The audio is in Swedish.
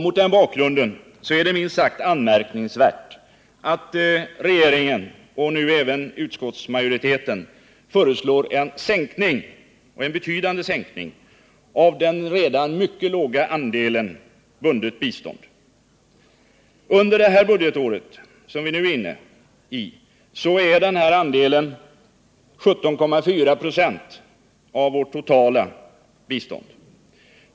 Mot den bakgrunden är det minst sagt anmärkningsvärt att regeringen, och nu även utskottsmajoriteten, föreslår en sänkning — en betydande sänkning — av den redan mycket låga andelen bundet bistånd. Under det budgetår som vi nu är inne i är denna andel 17,4 96 av vårt totala bistånd.